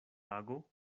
ago